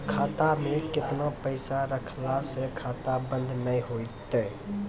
खाता मे केतना पैसा रखला से खाता बंद नैय होय तै?